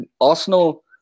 Arsenal